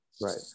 Right